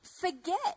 forget